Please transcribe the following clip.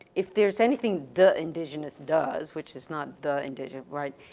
if there's anything the indigenous does which is not the indigenous, right,